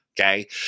Okay